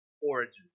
Origins